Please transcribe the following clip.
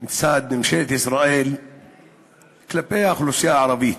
מצד ממשלת ישראל כלפי האוכלוסייה הערבית,